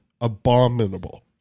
abominable